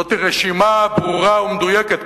זאת רשימה ברורה ומדויקת.